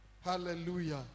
Hallelujah